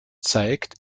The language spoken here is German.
zeigt